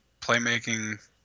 playmaking